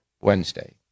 Wednesday